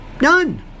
None